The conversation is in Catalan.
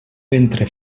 ventre